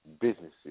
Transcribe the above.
businesses